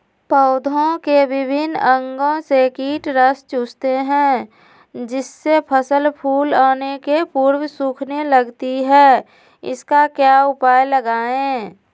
पौधे के विभिन्न अंगों से कीट रस चूसते हैं जिससे फसल फूल आने के पूर्व सूखने लगती है इसका क्या उपाय लगाएं?